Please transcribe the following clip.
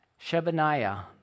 Shebaniah